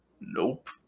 nope